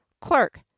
clerk